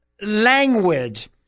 language